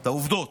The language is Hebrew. את העובדות.